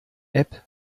app